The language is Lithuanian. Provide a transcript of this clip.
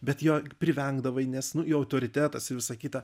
bet jo privengdavai nes nu jo autoritetas ir visa kita